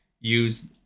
use